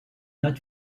not